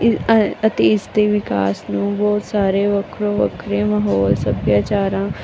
ਅਤੇ ਇਸ ਦੇ ਵਿਕਾਸ ਨੂੰ ਬਹੁਤ ਸਾਰੇ ਵੱਖਰੋ ਵੱਖਰੇ ਮਾਹੌਲ ਸੱਭਿਆਚਾਰਾਂ